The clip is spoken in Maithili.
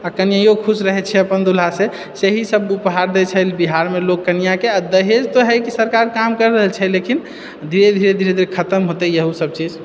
आ कनियो खुश रहैत छै अपन दूल्हा से इएह सब ऊपहार दए छै बिहारमे लोक कनियाँके आ दहेज तऽ है कि सरकार काम करि रहल छै लेकिन धीरे धीरे धीरे धीरे खतम होते इहो सब चीज